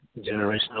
generational